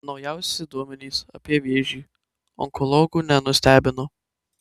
naujausi duomenys apie vėžį onkologų nenustebino